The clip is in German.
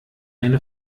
eine